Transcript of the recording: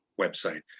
website